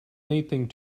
anything